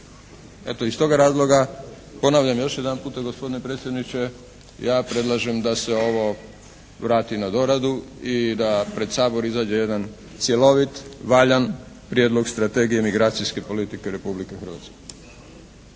Eto, iz toga razloga ponavljam još jedanputa gospodine predsjedniče, ja predlažem da se ovo vrati na doradu i da pred Sabor izađe jedan cjelovit, valjan Prijedlog strategije migracijske politike Republike Hrvatske.